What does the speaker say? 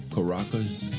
Caracas